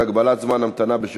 אפס מתנגדים, אפס נמנעים.